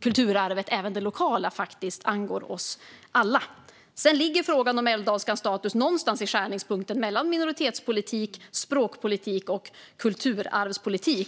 kulturarvet, även det lokala, faktiskt angår oss alla. Sedan ligger frågan om älvdalskans status någonstans i skärningspunkten mellan minoritetspolitik, språkpolitik och kulturarvspolitik.